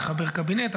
ומכבד את